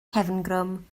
cefngrwm